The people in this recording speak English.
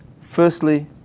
firstly